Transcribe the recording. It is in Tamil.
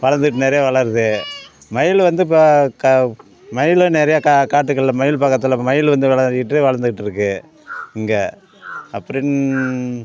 வளர்ந்துட்டு நிறையா வளருது மயில் வந்து ப க மயிலும் நிறையா கா காட்டுக்களில் மயில் பக்கத்தில் மயில் வந்து வளரிக்கிட்டு வளர்ந்துட்ருக்கு இங்கே அப்படின்